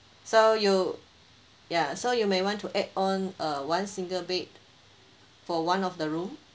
so you ya so you may want to add on err one single bed for one of the room